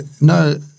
No